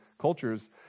cultures